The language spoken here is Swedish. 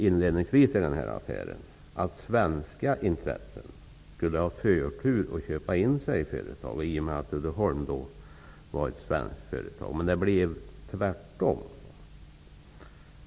Inledningsvis utlovades det att svenska intressen skulle få förtur för att köpa in sig i företaget i och med att Uddeholm var ett svenskt företag. Men det blev tvärtom.